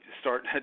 start